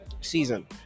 Season